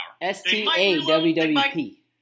S-T-A-W-W-P